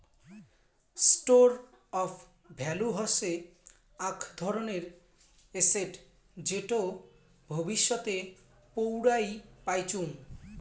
store of value হসে আক ধরণের এসেট যেটো ভবিষ্যতে পৌরাই পাইচুঙ